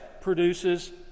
produces